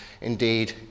indeed